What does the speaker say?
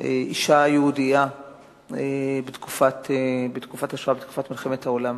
אשה יהודייה בתקופת השואה, בתקופת מלחמת העולם.